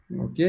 OK